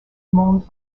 monde